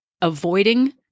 avoiding